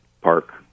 park